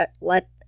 let